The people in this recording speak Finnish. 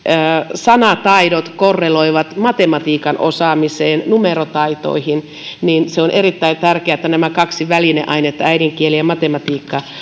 sanataidot korreloivat matematiikan osaamiseen numerotaitoihin niin se on erittäin tärkeää että nämä kaksi välineainetta äidinkieli ja matematiikka